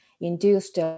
induced